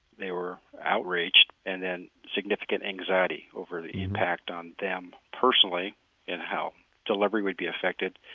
they were outraged, and then significant anxiety over the impact on them personally and how delivery would be affected.